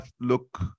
look